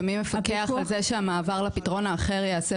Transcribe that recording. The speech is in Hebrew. ומי מפקח על זה שהמעבר לפתרון האחר ייעשה